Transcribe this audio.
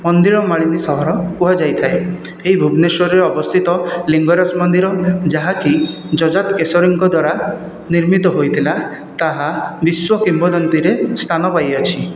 ମନ୍ଦିର ମାଳିନୀ ସହର କୁହାଯାଇଥାଏ ଏହି ଭୁବନେଶ୍ୱରରେ ଅବସ୍ଥିତ ଲିଙ୍ଗରାଜ ମନ୍ଦିର ଯାହାକି ଯଯାତି କେଶରୀଙ୍କ ଦ୍ୱାରା ନିର୍ମିତ ହୋଇଥିଲା ତାହା ବିଶ୍ୱ କିମ୍ବଦନ୍ତୀରେ ସ୍ଥାନ ପାଇଅଛି